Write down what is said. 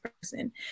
person